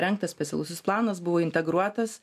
rengtas specialusis planas buvo integruotas